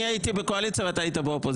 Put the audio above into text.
הייתי צריך לשבח אותו קודם הוא היה בא בזמן,